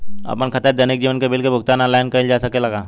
आपन खाता से दैनिक जीवन के बिल के भुगतान आनलाइन कइल जा सकेला का?